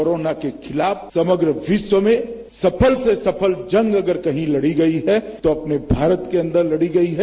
corona के खिलाफ समग्र विश्व में सफल से सफल जंग अगर कहीं लड़ी गई है तो अपने भारत के अंदर लड़ी गई है